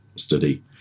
study